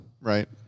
Right